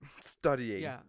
studying